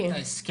יש את ההסכם,